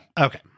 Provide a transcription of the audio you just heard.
Okay